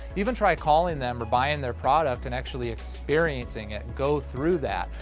even try calling them or buying their product and actually experiencing it, go through that.